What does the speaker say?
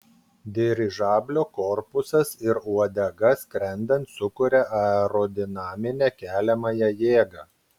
dirižablio korpusas ir uodega skrendant sukuria aerodinaminę keliamąją jėgą